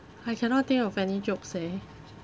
I cannot think of any jokes eh